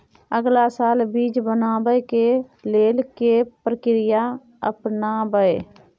अगला साल बीज बनाबै के लेल के प्रक्रिया अपनाबय?